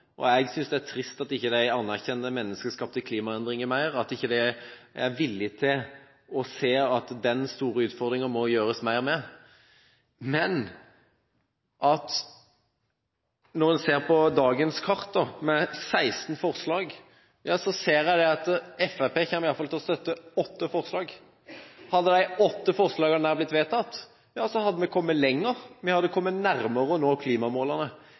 og jeg synes det er trist at de ikke anerkjenner menneskeskapte klimaendringer mer, at de ikke er villige til å se at det må gjøres mer med den store utfordringen. Men: Når en ser på dagens kart, med 16 forslag, så ser jeg at Fremskrittspartiet iallfall kommer til å støtte åtte forslag, og hadde disse åtte forslagene blitt vedtatt, ja, så hadde vi kommet lenger, vi hadde kommet nærmere